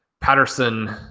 Patterson